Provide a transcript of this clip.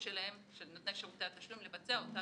שלהם של נותני שרותי התשלום לבצע אותה.